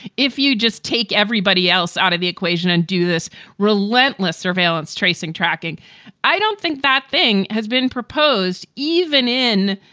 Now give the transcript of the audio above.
if you just take everybody else out of the equation and do this relentless surveillance, tracing, tracking i don't think that thing has been proposed even in,